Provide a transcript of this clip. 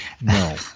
no